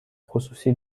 خصوصی